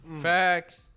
Facts